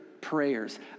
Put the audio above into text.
prayers